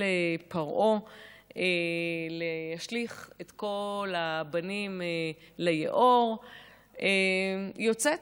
פרעה להשליך את כל הבנים ליאור היא יוצאת,